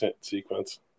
sequence